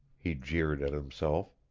he jeered at himself.